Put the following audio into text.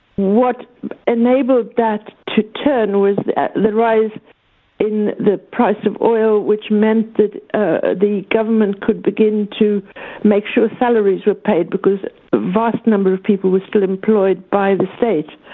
what enabled that to turn was the rise in the price of oil, which meant that ah the government could begin to make sure salaries were paid, because a vast number of people were still employed by the state,